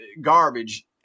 garbage